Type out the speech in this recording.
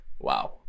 wow